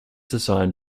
design